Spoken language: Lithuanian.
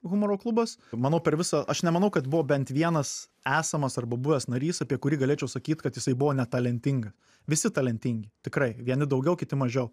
humoro klubas manau per visą aš nemanau kad buvo bent vienas esamas arba buvęs narys apie kurį galėčiau sakyt kad jisai buvo netalentingas visi talentingi tikrai vieni daugiau kiti mažiau